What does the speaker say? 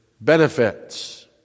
benefits